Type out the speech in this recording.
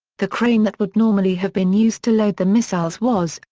the crane that would normally have been used to load the missiles was,